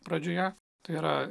pradžioje tai yra